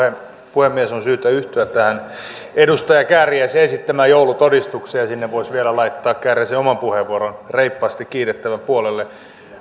puhemies on syytä yhtyä tähän edustaja kääriäisen esittämään joulutodistukseen sinne voisi vielä laittaa kääriäisen oman puheenvuoron reippaasti kiitettävän puolelle